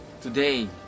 today